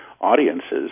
audiences